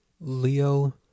Leo